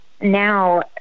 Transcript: now